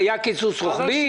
היה קיצוץ רוחבי.